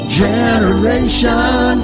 generation